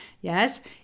yes